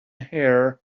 hair